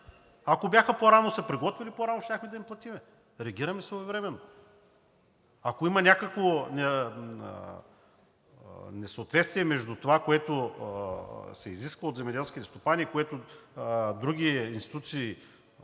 Ако по рано се бяха приготвили, по-рано щяхме да им платим. Реагираме своевременно. Ако има някакво несъответствие между това, което се изисква от земеделските стопани, и което други институции